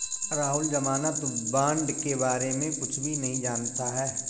राहुल ज़मानत बॉण्ड के बारे में कुछ भी नहीं जानता है